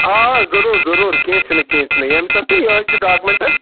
آ ضٔروٗر ضٔروٗر کینٛہہ چھِنہٕ کینٛہہ چھُنہٕ ییٚمہِ ساتہٕ تہٕ یِہوٚے چھِ ڈاکمٮ۪نٛٹ